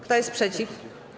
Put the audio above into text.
Kto jest przeciw?